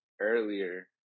earlier